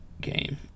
game